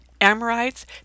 Amorites